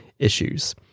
issues